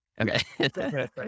Okay